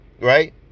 right